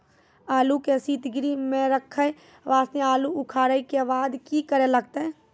आलू के सीतगृह मे रखे वास्ते आलू उखारे के बाद की करे लगतै?